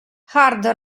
hard